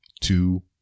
two